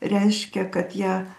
reiškia kad ją